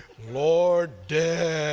lord death.